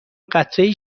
قطرهای